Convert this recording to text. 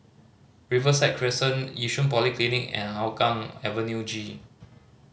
Riverside Crescent Yishun Polyclinic and Hougang Avenue G